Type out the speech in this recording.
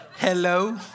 hello